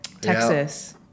Texas